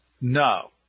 no